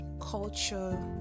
culture